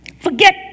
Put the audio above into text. Forget